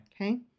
Okay